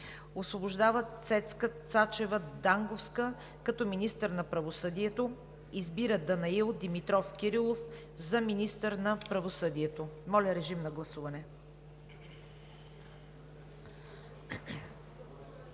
Освобождава Цецка Цачева Данговска като министър на правосъдието и избира Данаил Димитров Кирилов за министър на правосъдието.“ Моля, режим на гласуване.